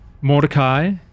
Mordecai